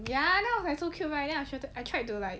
ya then I was like so cute right then I should I tried to like